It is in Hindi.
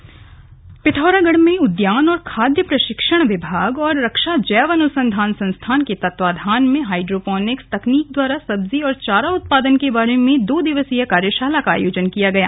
कार्यशाला पिथौरागढ़ में उद्यान और खाद्य प्रशिक्षण विभाग और रक्षा जैव अनुसंधान संस्था के तत्वाधान में हाइड्रोपोनिक्स तकनीक द्वारा सब्जी और चारा उत्पादन के बारे में दो दिवसीय कार्यशाला का आयोजन किया गाया